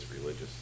religious